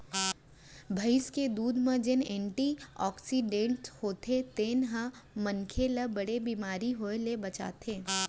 भईंस के दूद म जेन एंटी आक्सीडेंट्स होथे तेन ह मनसे ल बड़े बेमारी होय ले बचाथे